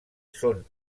són